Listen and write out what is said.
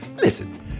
listen